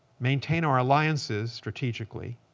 maintain our alliances strategically.